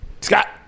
Scott